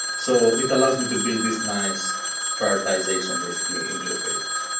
so it allows me to build this nice prioritization basically interfaces.